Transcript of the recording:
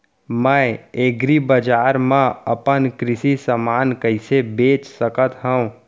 मैं एग्रीबजार मा अपन कृषि समान कइसे बेच सकत हव?